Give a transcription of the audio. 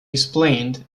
explained